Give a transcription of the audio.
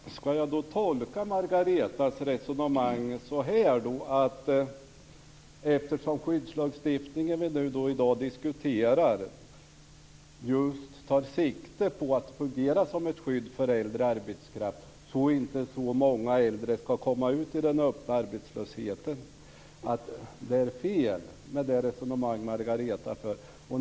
Fru talman! Jag vet inte hur jag ska tolka Margareta Anderssons resonemang. Den skyddslagstiftning som vi i dag diskuterar tar sikte just på att fungera som ett skydd för äldre arbetskraft så att inte så många äldre ska komma ut i den öppna arbetslösheten. Är det alltså fel med det resonemang som Margareta för?